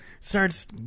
starts